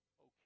okay